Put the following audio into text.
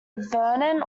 vernon